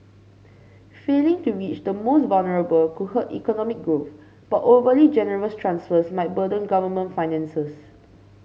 failing to reach the most vulnerable could hurt economic growth but overly generous transfers might burden government finances